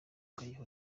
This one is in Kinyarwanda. ukayiha